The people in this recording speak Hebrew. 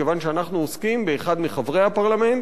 מכיוון שאנחנו עוסקים באחד מחברי הפרלמנט,